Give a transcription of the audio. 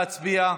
להצביע.